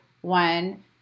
one